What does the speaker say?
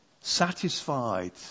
Satisfied